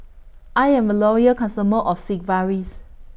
I'm A Loyal customer of Sigvaris